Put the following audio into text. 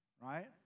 right